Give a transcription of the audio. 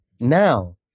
now